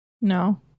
No